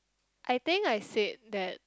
I think I said that